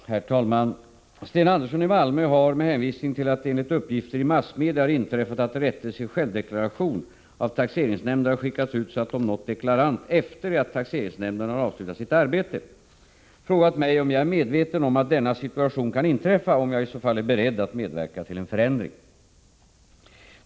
Herr talman! Sten Andersson i Malmö har — med hänvisning till att det enligt uppgifter i massmedia har inträffat att rättelser i självdeklaration av taxeringsnämnd har skickats ut så att de nått deklarant efter det att taxeringsnämnden har avslutat sitt arbete — frågat mig om jag är medveten om att denna situation kan inträffa och om jag i så fall är beredd att medverka till en förändring.